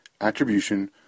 attribution